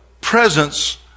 presence